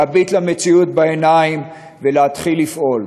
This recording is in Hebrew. להביט למציאות בעיניים ולהתחיל לפעול.